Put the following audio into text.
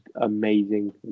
amazing